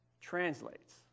translates